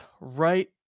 right